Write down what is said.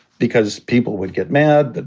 because people would get mad, but